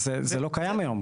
זה לא קיים היום.